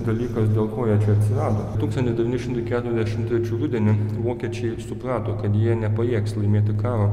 dalykas dėl ko jie čia atsirado tūkstantis devyni šimtai keturiasdešimt trečių rudenį vokiečiai suprato kad jie nepajėgs laimėti karo